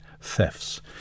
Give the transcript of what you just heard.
thefts